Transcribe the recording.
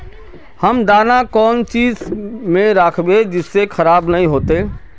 हम दाना कौन चीज में राखबे जिससे खराब नय होते?